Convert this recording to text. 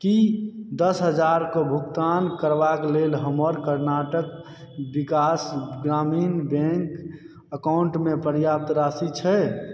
की दस हजारक भुगतान करबाक लेल हमर कर्नाटक विकास ग्रामीण बैङ्क अकाउण्ट मे पर्याप्त राशि छै